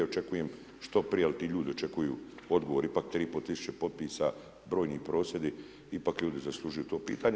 Očekujem što prije, jer ti ljudi očekuju odgovor, ipak 3 i pol tisuće potpisa, brojni prosvjedi, ipak ljudi zaslužuju to pitanje.